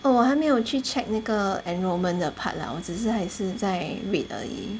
oh 我还没有去 check 那个 enrolment 的 part lah 我只是还是在 read 而已